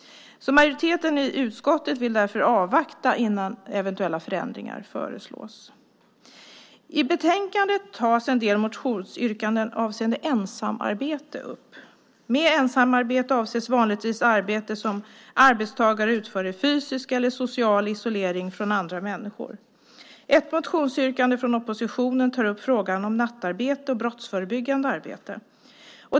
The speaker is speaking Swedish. Majoriteten i utskottet vill därför avvakta innan eventuella förändringar föreslås. I betänkandet tas en del motionsyrkanden avseende ensamarbete upp. Med ensamarbete avses vanligtvis arbete som arbetstagare utför i fysisk eller social isolering från andra människor. Ett motionsyrkande från oppositionen tar upp frågan om nattarbete och brottsförebyggande arbete.